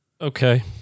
Okay